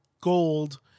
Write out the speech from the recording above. gold